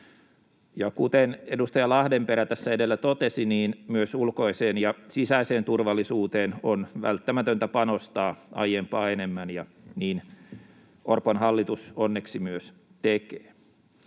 kuten edustaja Lahdenperä tässä edellä totesi, myös ulkoiseen ja sisäiseen turvallisuuteen on välttämätöntä panostaa aiempaa enemmän, ja niin Orpon hallitus onneksi myös tekee.